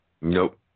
Nope